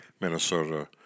Minnesota